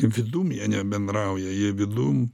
vidum jie nebendrauja jie vidum